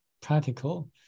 practical